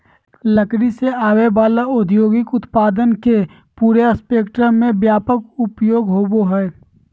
लकड़ी से आवय वला औद्योगिक उत्पादन के पूरे स्पेक्ट्रम में व्यापक उपयोग होबो हइ